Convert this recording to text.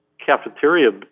cafeteria